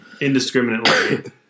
indiscriminately